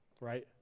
Right